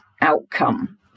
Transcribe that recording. outcome